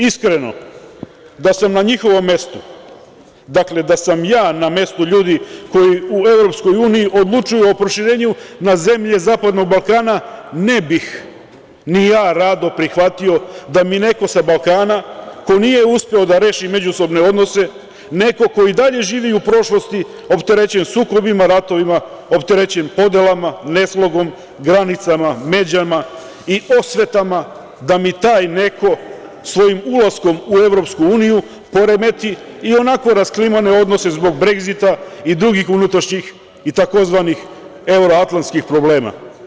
Iskreno, da sam na njihovom mestu, dakle, da sam ja na mestu ljudi koji u EU odlučuju o proširenju na zemlje zapadnog Balkana, ne bih ni ja rado prihvatio da mi neko sa Balkana, ko nije uspeo da reši međusobne odnose, neko ko i dalje živi u prošlosti opterećen sukobima, ratovima, opterećen podelama, neslogom, granicama, međama i osvetama, da mi taj neko svojim ulaskom u EU poremeti ionako rasklimane odnose zbog „Bregzita“ i drugih unutrašnjih i tzv. evroatlantskih problema.